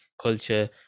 culture